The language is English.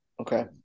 okay